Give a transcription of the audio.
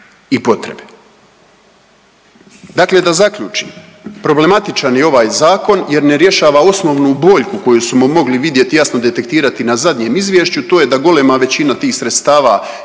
i potrebe. Dakle da zaključim, problematičan je ovaj Zakon jer ne rješava osnovnu boljku koju smo mogli vidjeti i jasno detektirati na zadnjem izvješću, to je da golema većina tih sredstava ide za